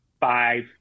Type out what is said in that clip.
five